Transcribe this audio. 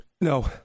No